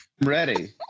ready